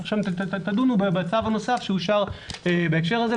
עכשיו תדונו בצו הנוסף שאושר בהקשר הזה.